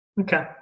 Okay